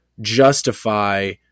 justify